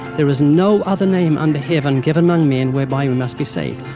there is no other name under heaven given among men whereby we must be saved.